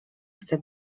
chcę